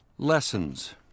Lessons